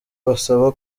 basaba